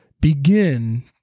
begin